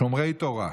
שומרי תורה.